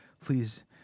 please